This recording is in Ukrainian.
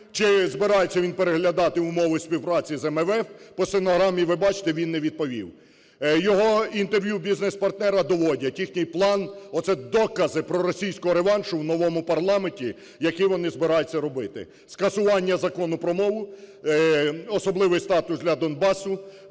чи збирається він переглядати умови співпраці з МВФ, по стенограмі ви бачите, він не відповів. Його інтерв'ю бізнес-партнера доводять, їхній план – оце докази проросійського реваншу в нового парламенті, які вони збираються робити: скасування Закону про мову, особливий статус для Донбасу,